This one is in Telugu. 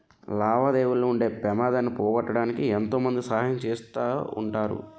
లావాదేవీల్లో ఉండే పెమాదాన్ని పోగొట్టడానికి ఎంతో మంది సహాయం చేస్తా ఉంటారు